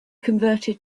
converted